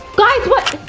guys what?